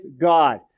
God